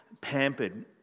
pampered